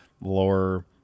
lower